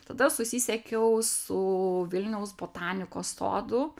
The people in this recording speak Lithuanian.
tada susisiekiau su vilniaus botanikos sodu